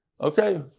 Okay